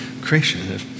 creation